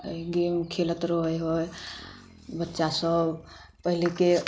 एहि गेम खेलैत रहै हइ बच्चा सभ पहिलके